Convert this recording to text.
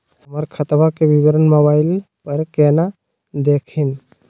हमर खतवा के विवरण मोबाईल पर केना देखिन?